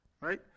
Right